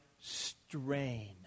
strain